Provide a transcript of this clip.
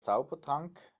zaubertrank